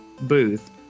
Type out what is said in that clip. booth